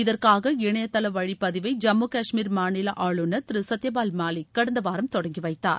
இதற்காக இணையதள வழி பதிவை ஜம்மு கஷ்மீர் மாநில ஆளுநர் திரு சத்யபால் மாலிக் கடந்த வாரம் தொடங்கி வைத்தார்